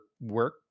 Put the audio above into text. work